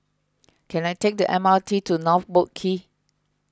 can I take the M R T to North Boat Quay